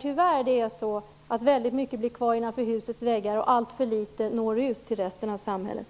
tyvärr blir väldigt mycket kvar innanför husets väggar. Alltför litet når ut till resten av samhället.